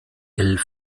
elf